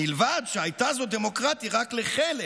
מלבד שהייתה זו דמוקרטיה רק לחלק